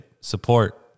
support